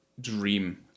dream